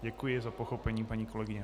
Děkuji za pochopení, paní kolegyně.